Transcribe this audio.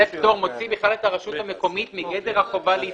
זה פטור מוציא בכלל את הרשות המקומית מגדר החובה להתאגד.